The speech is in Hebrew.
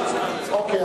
אוקיי.